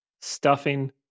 stuffing